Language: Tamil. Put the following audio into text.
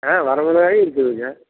ஆ வரமிளகாயும் இருக்குதுங்க